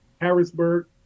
Harrisburg